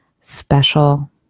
special